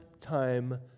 time